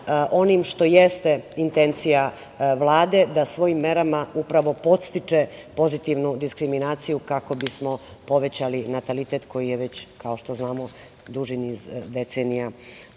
onim što jeste intencija Vlade da svojim merama upravo podstiče pozitivnu diskriminaciju kako bismo povećali natalitet koji je već kao što znamo duži niz decenija